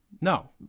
No